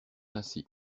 ainsi